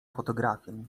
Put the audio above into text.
fotografię